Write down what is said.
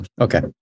Okay